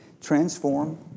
transform